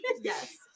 Yes